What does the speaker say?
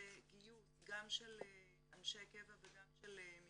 של אנשי קבע וגם של מתנדבים,